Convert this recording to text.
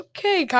Okay